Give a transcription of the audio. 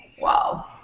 wow